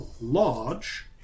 large